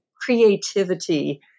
creativity